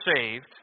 saved